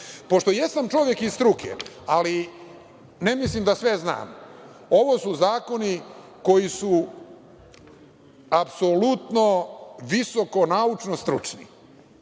Pošto sam čovek iz struke, ali ne mislim da sve znam, ovo su zakoni koji su apsolutno visoko naučno stručni.